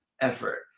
effort